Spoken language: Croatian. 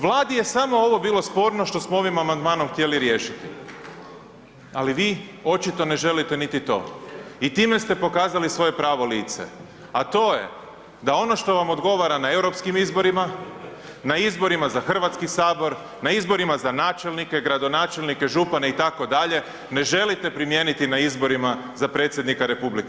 Vladi je samo ovo bilo sporno što smo ovim amandmanom htjeli riješiti, ali vi očito ne želite niti to i time ste pokazali svoje pravo lice, a to je da ono što vam odgovarana europskim izborima, na izborima za Hrvatski sabor, na izborima za načelnike, gradonačelnike, župane itd. ne želite primijeniti na izborima za predsjednika republike.